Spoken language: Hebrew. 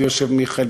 ויושב מיכאל,